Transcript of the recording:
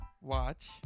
watch